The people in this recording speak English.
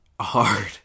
hard